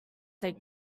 they